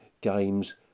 games